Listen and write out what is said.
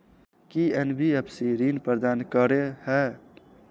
की NBFC ऋण प्रदान करे है?